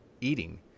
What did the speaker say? eating